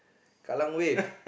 Kallang Wave